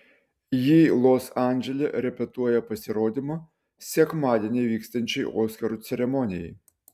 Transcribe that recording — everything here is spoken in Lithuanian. ji los andžele repetuoja pasirodymą sekmadienį vyksiančiai oskarų ceremonijai